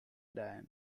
diane